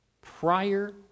Prior